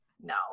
No